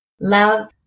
Love